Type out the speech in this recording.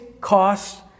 cost